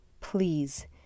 please